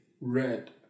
red